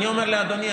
אני אומר לאדוני,